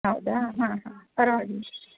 ಹೌದಾ ಹಾಂ ಹಾಂ ಪರವಾಗಿಲ್ಲ